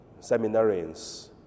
seminarians